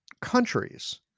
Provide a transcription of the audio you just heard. countries